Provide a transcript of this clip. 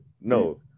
No